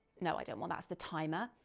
no, i don't want, that's the timer.